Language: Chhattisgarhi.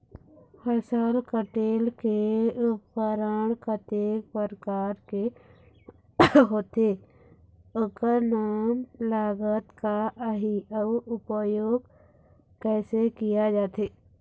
फसल कटेल के उपकरण कतेक प्रकार के होथे ओकर नाम लागत का आही अउ उपयोग कैसे किया जाथे?